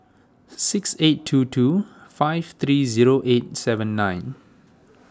six eight two two five three zero eight seven nine